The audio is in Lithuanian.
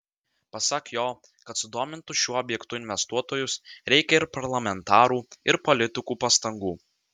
pasak jo kad sudomintų šiuo objektu investuotojus reikia ir parlamentarų ir politikų pastangų